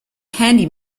handy